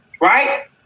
right